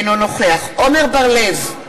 אינו נוכח עמר בר-לב,